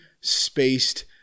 spaced